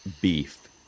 beef